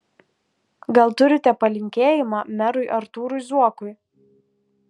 gal turite palinkėjimą merui artūrui zuokui